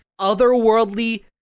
otherworldly